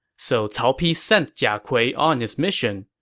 so cao pi sent jia kui on his mission.